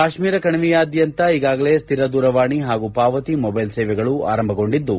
ಕಾಶ್ಮೀರ ಕಣಿವೆಯಾದ್ಯಂತ ಈಗಾಗಲೇ ಸ್ಥಿರ ದೂರವಾಣಿ ಹಾಗೂ ಪಾವತಿ ಮೊಬೈಲ್ ಸೇವೆಗಳು ಪ್ರಾರಂಭಗೊಂಡಿವೆ